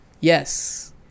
Yes